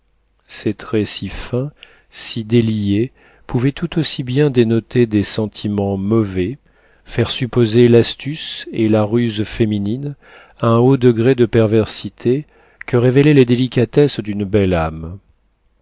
ces traits si fins si déliés pouvaient tout aussi bien dénoter des sentiments mauvais faire supposer l'astuce et la ruse féminines à un haut degré de perversité que révéler les délicatesses d'une belle âme